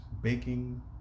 Baking